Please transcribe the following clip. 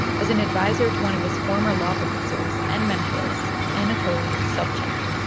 as an adviser to one of his former law professors and mentors, anatoly sobchak.